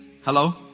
Hello